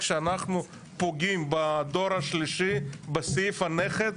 שאנחנו פוגעים בדור השלישי בסעיף הנכד,